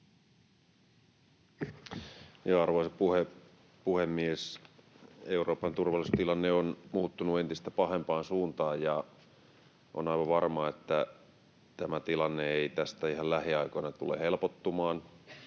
Arvoisa puhemies! Euroopan turvallisuustilanne on muuttunut entistä pahempaan suuntaan, ja on aivan varmaa, että tämä tilanne ei tästä ihan lähiaikoina tule helpottumaan,